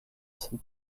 some